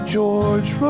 George